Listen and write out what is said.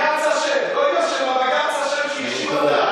הגיע הזמן שנבין מי אויב ומי אוהב.